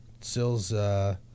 Sills